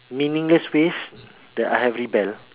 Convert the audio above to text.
meaningless ways that I have rebel